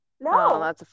no